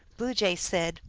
blue jay said,